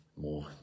more